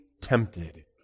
tempted